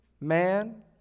man